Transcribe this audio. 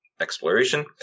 Exploration